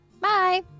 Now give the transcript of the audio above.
Bye